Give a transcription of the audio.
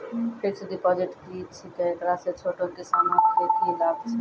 Fixed deposit की छिकै, एकरा से छोटो किसानों के की लाभ छै?